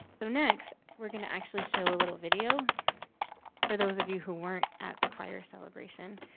so next, we're going to actually show a little video for those of you who weren't at the choir celebration,